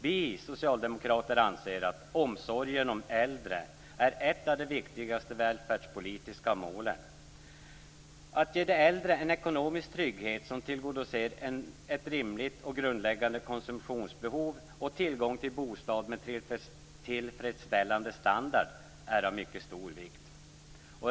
Vi socialdemokrater anser att omsorgen om äldre är ett av de viktigaste välfärdspolitiska målen. Att ge de äldre en ekonomisk trygghet som tillgodoser ett rimligt och grundläggande konsumtionsbehov och tillgång till bostad med tillfredsställande standard är av mycket stor vikt.